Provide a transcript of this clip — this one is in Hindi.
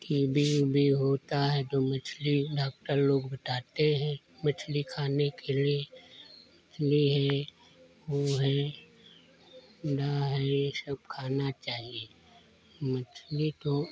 टी बी ऊबी होता है तो मछली डाक्टर लोग बताते हैं मछली खाने के लिए मछली है वह है अंडा है यह सब खाना चाहिए मछली तो